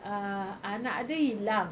err anak dia hilang